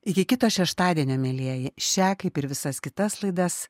iki kito šeštadienio mielieji šią kaip ir visas kitas laidas